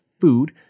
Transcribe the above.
food